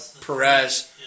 Perez